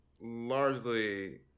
largely